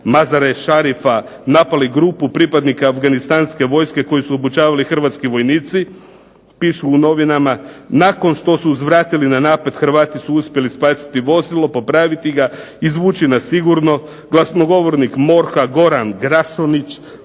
Mazar e Sharifa napali grupu pripadnika afganistanske vojske koju su obučavali hrvatski vojnici. Pišu u novinama, nakon što su uzvratili na napad Hrvati su uspjeli spasiti vozilo, popravit ga, izvući na sigurno. Glasnogovornik MORH-a Goran Grašinić